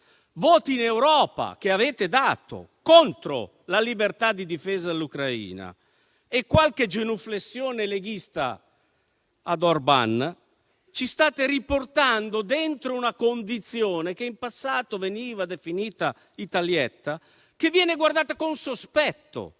voti in Europa che avete dato contro la libertà di difesa all'Ucraina e qualche genuflessione leghista ad Orban, ci state riportando dentro una condizione, che in passato veniva definita da Italietta, che viene guardata con sospetto